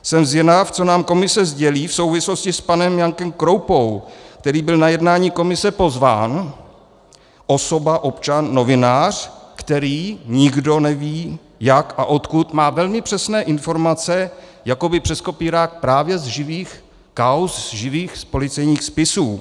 Jsem zvědav, co nám komise sdělí v souvislosti s panem Jankem Kroupou, který byl na jednání komise pozván, osoba, občan, novinář, který, nikdo neví jak a odkud, má velmi přesné informace jakoby přes kopírák právě z živých kauz, živých policejních spisů.